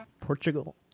Portugal